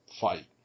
fight